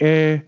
Air